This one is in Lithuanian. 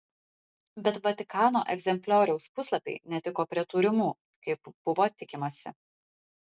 bet vatikano egzemplioriaus puslapiai netiko prie turimų kaip buvo tikimasi